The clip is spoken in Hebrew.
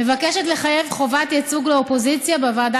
מבקשת לחייב חובת ייצוג לאופוזיציה בוועדה